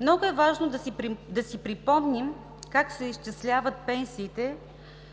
Много е важно да си припомним как се изчисляват пенсиите,